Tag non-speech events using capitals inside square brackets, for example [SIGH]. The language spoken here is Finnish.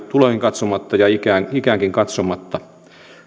[UNINTELLIGIBLE] tuloihin katsomatta ja ikäänkin katsomatta